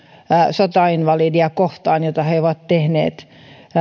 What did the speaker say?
sotainvalideja kohtaan siihen mitä he ovat tehneet